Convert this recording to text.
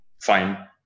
fine